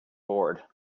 bored